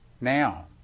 Now